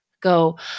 go